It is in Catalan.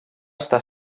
estar